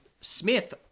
Smith